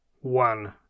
One